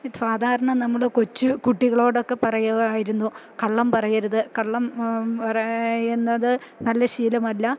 സാധാരണ നമ്മള് കൊച്ച് കുട്ടികളോടൊക്കെ പറയുവായിരുന്നു കള്ളം പറയരുത് കള്ളം പറയുന്നത് നല്ല ശീലമല്ല